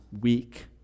weak